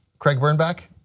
craig birnbach,